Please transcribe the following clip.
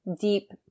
deep